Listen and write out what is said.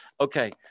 Okay